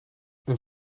een